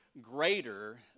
greater